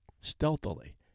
stealthily